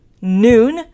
noon